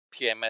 PMS